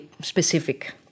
specific